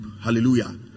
Hallelujah